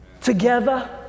together